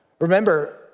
Remember